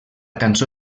cançó